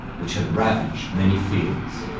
which had ravaged many fields.